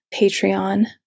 Patreon